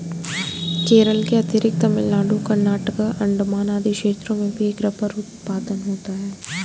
केरल के अतिरिक्त तमिलनाडु, कर्नाटक, अण्डमान आदि क्षेत्रों में भी रबर उत्पादन होता है